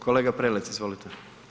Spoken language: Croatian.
Kolega Prelac, izvolite.